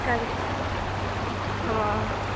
करिष्यामि हा